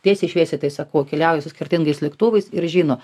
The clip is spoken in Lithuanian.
tiesiai šviesiai tai sakau keliauja su skirtingais lėktuvais ir žino